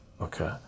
Okay